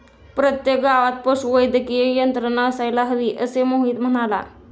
प्रत्येक गावात पशुवैद्यकीय यंत्रणा असायला हवी, असे मोहित म्हणाला